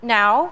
now